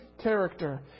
character